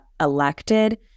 elected